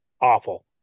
Awful